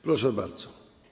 Proszę bardzo.